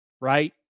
right